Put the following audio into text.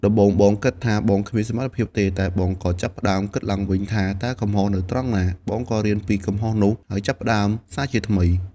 ដំបូងបងគិតថាបងគ្មានសមត្ថភាពទេ តែបងក៏ចាប់ផ្ដើមគិតឡើងវិញថា តើកំហុសនៅត្រង់ណា? បងក៏រៀនពីកំហុសនោះ ហើយចាប់ផ្ដើមសាជាថ្មី។